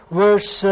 verse